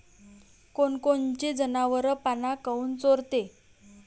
कोनकोनचे जनावरं पाना काऊन चोरते?